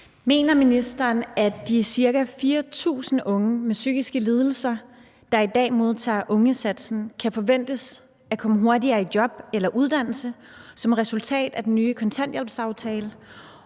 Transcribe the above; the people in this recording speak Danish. Mener ministeren, at de ca. 4.000 unge med psykiske lidelser, der i dag modtager ungesatsen, kan forventes at komme hurtigere i job eller uddannelse som resultat af den nye kontanthjælpsaftale,